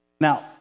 Now